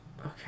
Okay